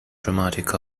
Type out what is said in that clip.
dramatic